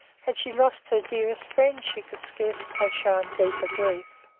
had she lost her dearest friends, she could scarcely have shown deeper grief.